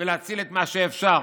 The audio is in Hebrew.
ולהציל את מה שאפשר,